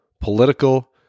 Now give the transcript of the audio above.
political